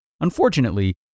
unfortunately